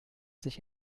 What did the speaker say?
sich